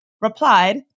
replied